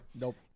Nope